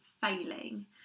failing